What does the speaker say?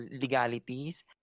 legalities